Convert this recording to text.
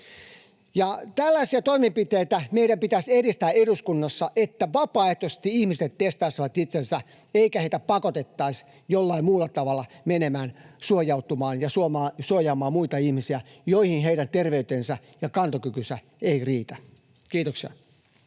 Tällaisia toimenpiteitä meidän pitäisi edistää eduskunnassa, että vapaaehtoisesti ihmiset testaisivat itsensä eikä heitä pakotettaisi menemään suojautumaan ja suojaamaan muita ihmisiä jollain muulla tavalla, johon heidän terveytensä ja kantokykynsä eivät riitä. — Kiitoksia.